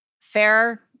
Fair